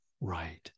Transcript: right